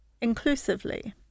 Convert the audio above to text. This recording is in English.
inclusively